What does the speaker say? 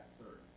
third